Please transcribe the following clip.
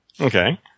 Okay